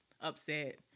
upset